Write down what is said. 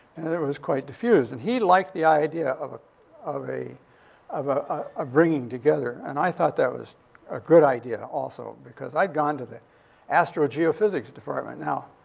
and it was quite diffused. and he liked the idea of a of a of a a bringing together. and i thought that was a good idea also because i'd gone to the astrogeophysics department now.